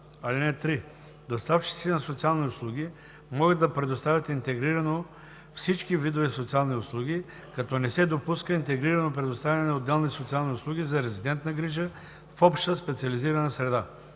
(3) Доставчиците на социални услуги могат да предоставят интегрирано всички видове социални услуги, като не се допуска интегрирано предоставяне на отделни социални услуги за резидентна грижа в обща специализирана среда.